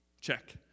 Check